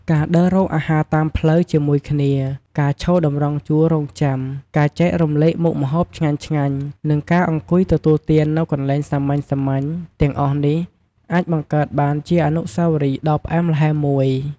ការដើររកអាហារតាមផ្លូវជាមួយគ្នា ការឈរតម្រង់ជួររង់ចាំ ការចែករំលែកមុខម្ហូបឆ្ងាញ់ៗ និងការអង្គុយទទួលទាននៅកន្លែងសាមញ្ញៗ ទាំងអស់នេះអាចបង្កើតបានជាអនុស្សាវរីយ៍ដ៏ផ្អែមល្ហែមមួយ។